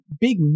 big